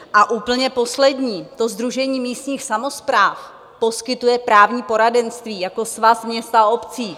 A úplně poslední: Sdružení místních samospráv poskytuje právní poradenství jako Svaz měst a obcí.